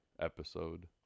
episode